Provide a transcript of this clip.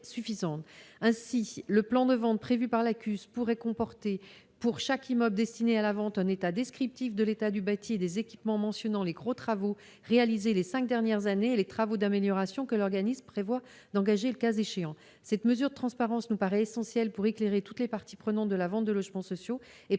Ainsi, le plan de vente prévu par la CUS pourrait comporter, pour chaque immeuble destiné à la vente, un état descriptif de l'état du bâti et des équipements mentionnant les gros travaux réalisés les cinq dernières années et les travaux d'amélioration que l'organisme prévoit d'engager le cas échéant. Cette mesure de transparence nous paraît essentielle pour éclairer toutes les parties prenantes de la vente de logements sociaux et